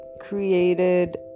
created